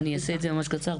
אעשה זאת ממש קצר.